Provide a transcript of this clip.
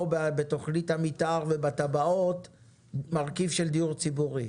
בתוכנית המתאר ובתב"עות מרכיב של דיור ציבורי,